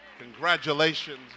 congratulations